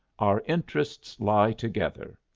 our interests lie together.